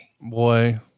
Boy